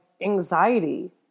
anxiety